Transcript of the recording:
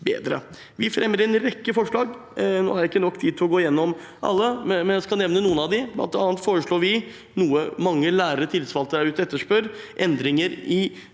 Vi fremmer en rekke forslag. Jeg har ikke nok tid til å gå gjennom alle nå, men jeg skal nevne noen av dem. Blant annet foreslår vi noe mange lærere og tillitsvalgte der ute etterspør, nemlig endringer i